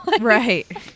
Right